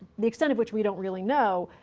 the extent of which we don't really know,